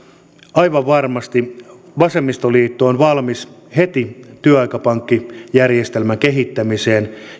aivan varmasti vasemmistoliitto on valmis heti työaikapankkijärjestelmän kehittämiseen